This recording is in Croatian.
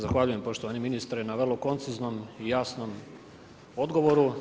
Zahvaljujem poštovani ministre na vrlo konciznom i jasnom odgovoru.